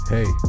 Hey